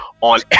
On